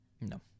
No